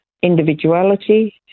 individuality